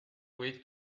way